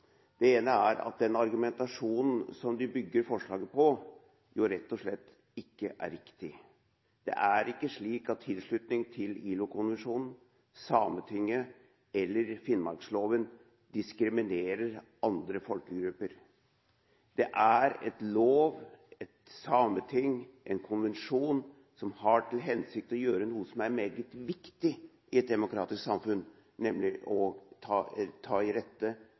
Den ene er at den argumentasjonen som de bygger forslaget på, rett og slett ikke er riktig. Det er ikke slik at tilslutning til ILO-konvensjonen, Sametinget eller finnmarksloven diskriminerer andre folkegrupper. Det er en lov, et sameting og en konvensjon som har til hensikt å gjøre noe som er meget viktig i et demokratisk samfunn, nemlig å ivareta mindretallets rettigheter og urfolks rettigheter i